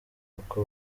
kuko